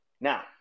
Now